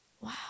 Wow